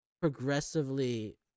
progressively